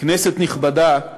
כנסת נכבדה,